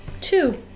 Two